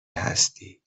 هستی